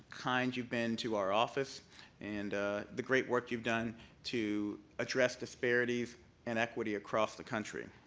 kind you've been to our office and the great work you've done to address disparities and equity across the country.